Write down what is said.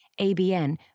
ABN